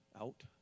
out